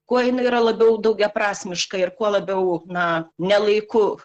kuo jinai yra labiau daugiaprasmiška ir kuo labiau na ne laiku